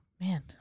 man